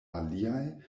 aliaj